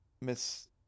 Miss